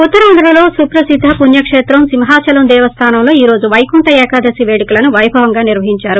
ఉత్తరాంధ్రలో సుప్రసిద్ద పుణ్యకేత్రం సింహాచలం దేవస్లానంలో ఈ రోజు వైకుంఠ ఏకాదశి వేడుకలు వైభవంగా నిర్వహించారు